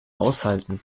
aushalten